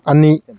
ꯑꯅꯤ